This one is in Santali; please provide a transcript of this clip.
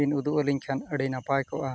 ᱵᱤᱱ ᱩᱫᱩᱜ ᱟᱹᱞᱤᱧᱠᱷᱟᱱ ᱟᱹᱰᱤ ᱱᱟᱯᱟᱭ ᱠᱚᱜᱼᱟ